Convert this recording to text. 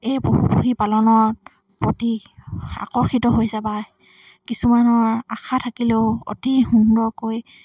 এই পশু পক্ষী পালনত প্ৰতি আকৰ্ষিত হৈছে বা কিছুমানৰ আশা থাকিলেও অতি সুন্দৰকৈ